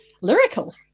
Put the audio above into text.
lyrical